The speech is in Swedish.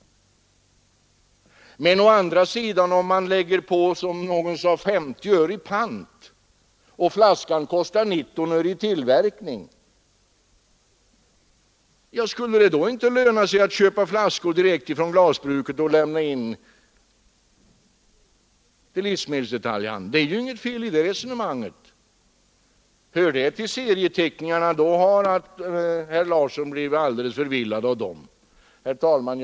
Men om man å andra sidan, som någon sade, lägger på 50 öre i pant och flaskan kostar 19 öre i tillverkning, skulle det då inte löna sig att köpa flaskor direkt från glasbruket och lämna in dem till livsmedelsdetaljhandeln? Det är ju inget fel i det resonemanget. Om herr Larsson anser att den möjligheten hör hemma i seriemagasinen, måste han själv ha blivit alldeles förvillad av sådana. Herr talman!